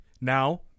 now